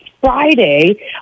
Friday